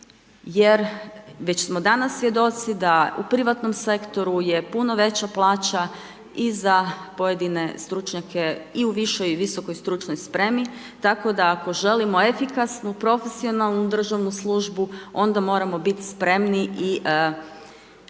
Jer već smo danas svjedoci da u privatnom sektoru je puno veća plaća i za pojedine stručnjake i u višoj i visokoj stručnoj spremi tako da ako želimo efikasnu, profesionalnu državnu službu onda moramo biti spremni i platiti